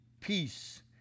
Peace